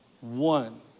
One